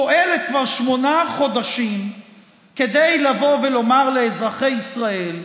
פועלת כבר שמונה חודשים כדי לבוא ולומר לאזרחי ישראל: